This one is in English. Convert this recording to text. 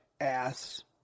ass